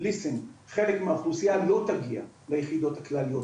לומר שחלק מהאוכלוסייה לא תגיע ליחידות הכלליות,